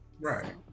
right